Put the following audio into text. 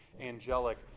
angelic